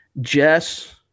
Jess